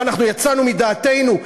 מה, אנחנו יצאנו מדעתנו?